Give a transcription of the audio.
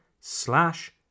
slash